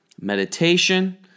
meditation